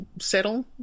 settle